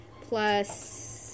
Plus